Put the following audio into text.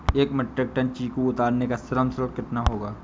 एक metric tonne चीकू उतारने का श्रम शुल्क कितना होगा?